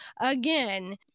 again